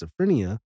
schizophrenia